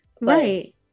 Right